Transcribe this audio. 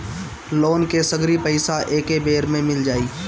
Loan के सगरी पइसा एके बेर में मिल जाई?